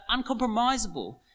uncompromisable